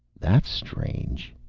that's strange,